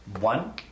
One